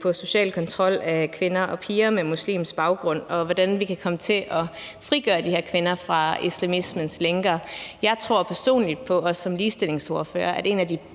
på social kontrol af kvinder og piger med muslimsk baggrund, og hvordan vi kan komme til at frigøre de her kvinder fra islamismens lænker. Jeg tror personligt som ligestillingsordfører, at det er en